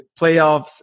playoffs